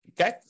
okay